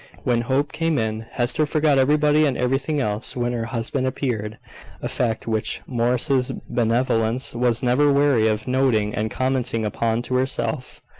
when hope came in. hester forgot everybody and everything else when her husband appeared a fact which morris's benevolence was never weary of noting and commenting upon to herself.